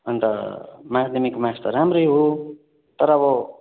अन्त माध्यमिक मार्क्स त राम्रै हो तर अब